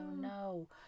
no